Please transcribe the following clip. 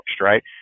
right